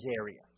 areas